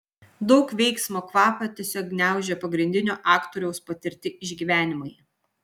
daug veiksmo kvapą tiesiog gniaužia pagrindinio aktoriaus patirti išgyvenimai